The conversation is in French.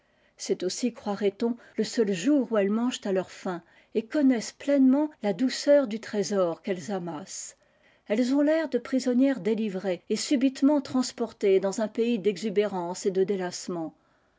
c'est aussi croirait-on le seul jour où elles mangent à leur faim et connaissent pleinement la douceur du trésor qu elles amassent elles ont tair de prisonnières délivrées et subitement ransportées dans un pays